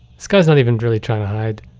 this guy's not even really trying to hide.